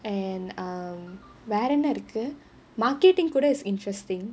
and err வேற என்ன இருக்கு:vera enna irukku marketing கூட:kuda is interesting